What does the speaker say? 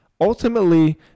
Ultimately